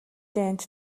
дайнд